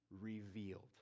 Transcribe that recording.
revealed